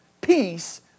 Peace